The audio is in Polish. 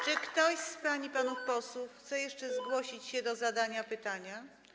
Czy ktoś z pań i panów posłów chce jeszcze zgłosić się do zadania pytania?